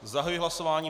Zahajuji hlasování.